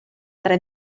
tre